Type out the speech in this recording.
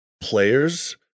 players